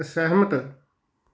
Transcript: ਅਸਹਿਮਤ